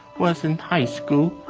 was in high school.